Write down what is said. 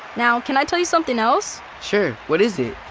now, can i tell you something else? sure, what is it?